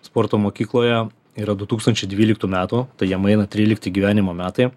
sporto mokykloje yra du tūkstančiai dvyliktų metų tai jiem eina trylikti gyvenimo metai